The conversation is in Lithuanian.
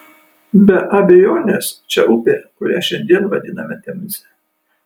be abejonės čia upė kurią šiandien vadiname temze